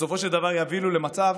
בסופו של דבר יובילו למצב